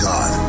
God